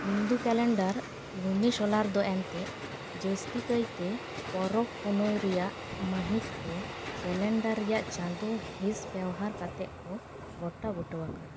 Hindu calendar lunisolar ᱫᱚ ᱮᱱᱛᱮ ᱡᱟᱹᱥᱛᱤ ᱠᱟᱭᱛᱮ ᱯᱟᱨᱟᱵᱽ ᱯᱩᱱᱟᱹᱭ ᱨᱮᱭᱟᱜ ᱢᱟᱹᱦᱤᱛ ᱠᱚ ᱠᱮᱞᱮᱱᱰᱟᱨ ᱨᱮᱭᱟᱜ ᱪᱟᱸᱫᱳ ᱦᱤᱸᱥ ᱵᱮᱣᱦᱟᱨ ᱠᱟᱛᱮ ᱠᱚ ᱜᱚᱴᱟ ᱵᱩᱴᱟᱹ ᱟᱠᱟᱫᱟ